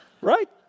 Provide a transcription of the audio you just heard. right